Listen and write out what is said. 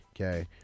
Okay